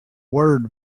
word